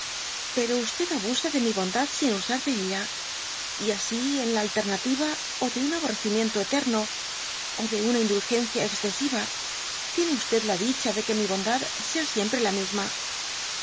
pero abusa de mi bondad sin usar de ella y asi en la al temativa ó de un aborrecimiento eterno ó de una indulgencia excesiva tiene la dicha de que mi bondad sea siempre la misma